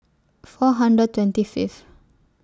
four hundred twenty Fifth